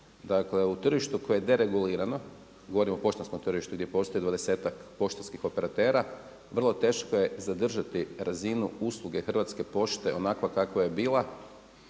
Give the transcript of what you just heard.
Dakle u tržištu koje je deregulirano, govorim o poštanskom tržištu gdje postoji dvadesetak poštanskih operatera, vrlo teško je zadržati razinu usluge Hrvatske pošte onakva kakva je bila